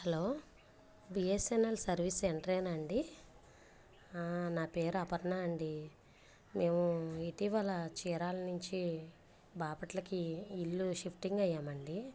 hello B S N L service సెంట్రేనా అండి నా పేరు అపర్ణ అండి మేము ఇటీవల చీరాల నుంచి బాపట్లకి ఇల్లు షిఫ్టింగ్ అయ్యామండి